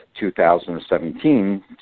2017